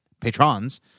Patrons